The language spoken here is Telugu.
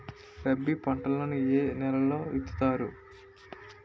రబీ పంటలను ఏ నెలలో విత్తుతారు?